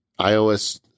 iOS